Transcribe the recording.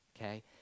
okay